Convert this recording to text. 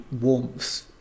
warmth